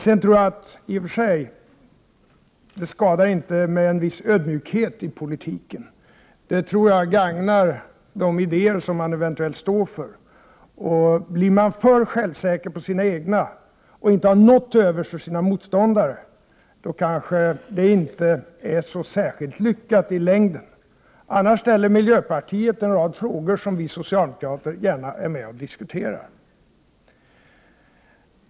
Sedan tror jag i och för sig att det inte skadar med en viss ödmjukhet i politiken. Det tror jag gagnar de idéer som man eventuellt står för. Blir man för självsäker på sina egna och inte har något till övers för sina motståndares, kanske det inte är så särskilt lyckat i längden. Annars ställer miljöpartiet en rad frågor som vi socialdemokrater gärna är med och diskuterar.